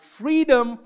freedom